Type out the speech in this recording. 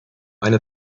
eine